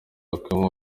yakuyemo